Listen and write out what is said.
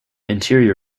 interior